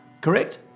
correct